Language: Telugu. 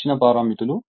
ఇచ్చిన పారామితులు